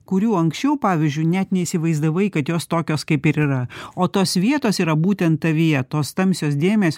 kurių anksčiau pavyzdžiui net neįsivaizdavai kad jos tokios kaip ir yra o tos vietos yra būtent tavyje tos tamsios dėmės